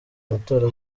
amatora